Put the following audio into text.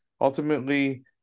ultimately